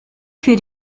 für